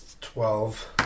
twelve